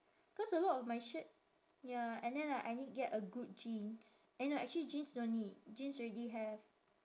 cause a lot of my shirt ya and then like I need get a good jeans eh no actually jeans don't need jeans already have